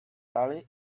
tully